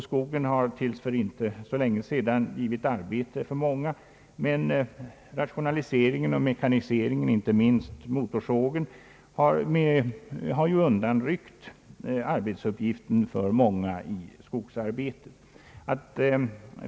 Skogen har till för inte så länge sedan givit arbete åt många, men rationaliseringen och mekaniseringen — inte minst motorsågen — har undanryckt arbetsuppgiften för många i skogsarbete.